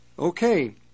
Okay